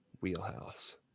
Wheelhouse